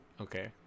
Okay